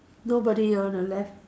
nobody on the left